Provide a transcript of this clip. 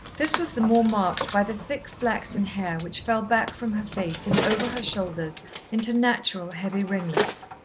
this was the more marked by the thick flaxen hair which fell back from her face, and over her shoulders into natural heavy ringlets.